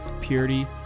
purity